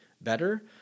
better